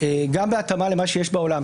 גם בהתאמה למה שיש בעולם,